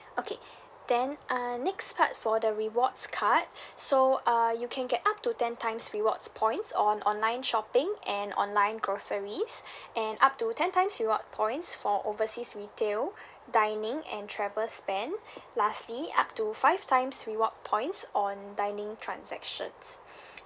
okay then uh next part for the rewards card so uh you can get up to ten times rewards points on online shopping and online groceries and up to ten times reward points for overseas retail dining and travel spend lastly up to five times reward points on dining transaction